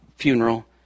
Funeral